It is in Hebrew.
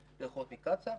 לריחות מקצא"א,